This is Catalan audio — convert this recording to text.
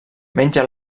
menja